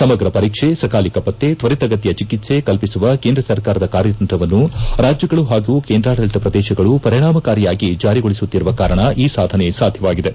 ಸಮಗ್ರ ಪರೀಕ್ಸೆ ಸಕಾಲಿಕ ಪತ್ತೆ ತ್ತರಿತಗತಿಯ ಚಿಕಿತ್ಸೆ ಕಲ್ಲಿಸುವ ಕೇಂದ್ರ ಸರ್ಕಾರದ ಕಾರ್ಯತಂತ್ರವನ್ನು ರಾಜ್ಞಗಳು ಹಾಗೂ ಕೇಂದ್ರಾಡಳಿತ ಪ್ರದೇಶಗಳು ಪರಿಣಾಮಕಾರಿಯಾಗಿ ಜಾರಿಗೊಳಿಸುತ್ತಿರುವ ಕಾರಣ ಈ ಸಾಧನೆ ಸಾಧ್ಯವಾಗಿದೆ